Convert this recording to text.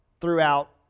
throughout